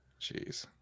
Jeez